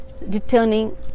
returning